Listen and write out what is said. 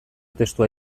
testua